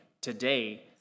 today